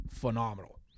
phenomenal